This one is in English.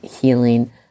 healing